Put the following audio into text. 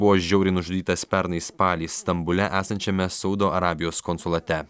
buvo žiauriai nužudytas pernai spalį stambule esančiame saudo arabijos konsulate